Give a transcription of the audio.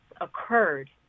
occurred